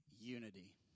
unity